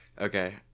okay